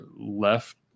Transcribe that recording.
left